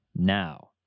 Now